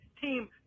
Team